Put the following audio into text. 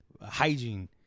hygiene